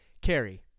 Carrie